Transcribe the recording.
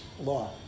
law